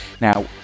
Now